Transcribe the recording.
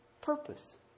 purpose